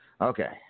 Okay